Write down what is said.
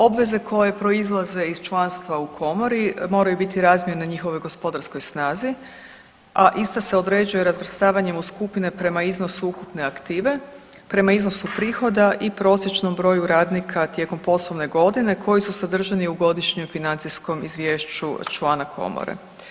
Obveze koje proizlaze iz članstva u komori moraju biti razmjerne njihovoj gospodarskoj snazi, a ista se određuje razvrstavanjem u skupine prema iznosu ukupne aktive, prema iznosu prihoda i prosječnom broju radnika tijekom poslovne godine koji su sadržani u godišnjem financijskom izvješću člana komore.